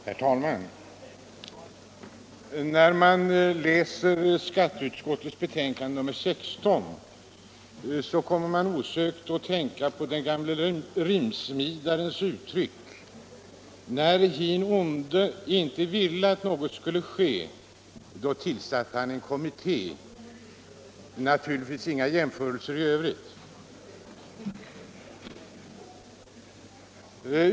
Herr talman! Då man läser skatteutskottets betänkande nr 16 kommer man osökt att tänka på den gamle rimsmidarens uttryck: När hin onde inte ville att något skulle ske, då tillsatte han en kommitté. Jag gör naturligtvis inga jämförelser i övrigt.